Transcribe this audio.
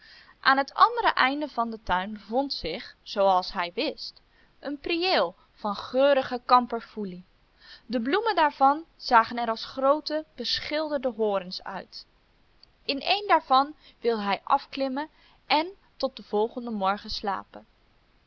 aan het andere einde van den tuin bevond zich zooals hij wist een priëel van geurige kamperfoelie de bloemen daarvan zagen er als groote beschilderde horens uit in een daarvan wilde hij afklimmen en tot den volgenden morgen slapen